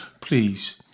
please